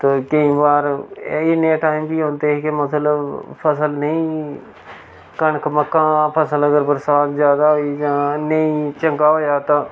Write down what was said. ते केईं बार एह् नेह् टैम बी औंदे मतलब फसल नेईं कनक मक्कां फसल अगर बरसांत जैदा होई जां नेईं चंगा होएआ तां